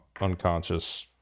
unconscious